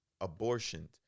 abortion